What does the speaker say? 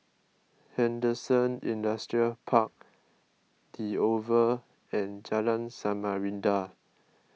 Henderson Industrial Park the Oval and Jalan Samarinda